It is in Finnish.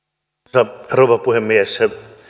arvoisa rouva puhemies